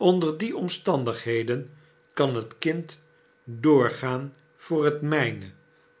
onder die omstandigheden kan het kind doorgaan voor het myne